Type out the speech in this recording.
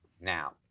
Now